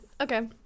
Okay